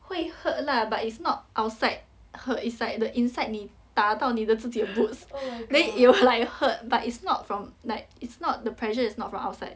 会 hurt lah but it's not outside hurt it's like the inside 你打到你的自己的 boots then you will like hurt but it's not from like it's not the pressure is not from outside